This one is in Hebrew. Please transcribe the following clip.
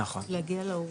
נכון.